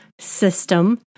system